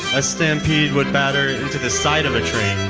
a stampede would batter into the side of a train,